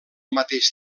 mateix